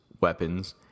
weapons